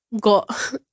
got